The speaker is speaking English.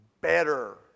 better